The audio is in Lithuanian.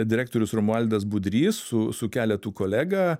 direktorius romualdas budrys su su keletu kolega